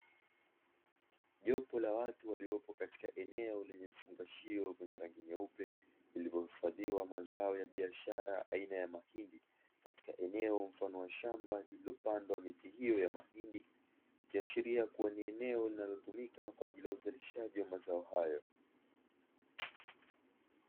Jopo la watu waliopo katika eneo lenye vifungashio vyenye rangi nyeupe, vilivyohifadhiwa mazao ya biashara aina ya mahindi katika eneo mfano wa shamba lililopandwa miti hiyo ya mahindi. Ikiashiria kuwa ni eneo linalotumika kwa ajili ya uzalishaji wa mazao hayo.